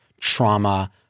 trauma